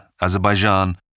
Azerbaijan